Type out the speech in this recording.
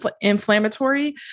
inflammatory